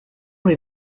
les